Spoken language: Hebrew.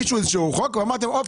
הגישו איזשהו חוק ואמרתם הנה,